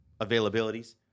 availabilities